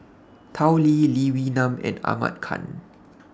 Tao Li Lee Wee Nam and Ahmad Khan